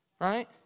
Right